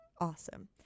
Awesome